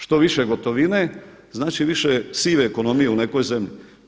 Što više gotovine znači više sive ekonomije u nekoj zemlji.